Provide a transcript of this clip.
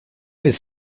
his